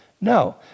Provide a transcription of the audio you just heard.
No